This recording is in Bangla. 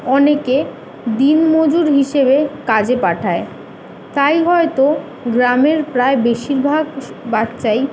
অনেকে দিনমজুর হিসেবে কাজে পাঠায় তাই হয়তো গ্রামের প্রায় বেশিরভাগ স বাচ্চাই